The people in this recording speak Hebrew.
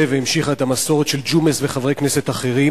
והמשיכה את המסורת של ג'ומס וחברי כנסת אחרים.